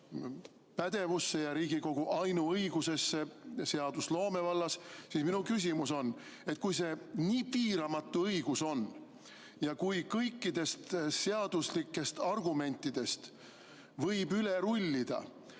ja Riigikogu ainuõigusesse seadusloome vallas, siis minu küsimus on, et kui see on nii piiramatu õigus ja kui kõikidest seaduslikest argumentidest võib üle rullida,